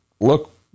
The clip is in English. look